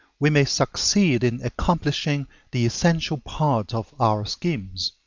we may succeed in accomplishing the essential part of our schemes.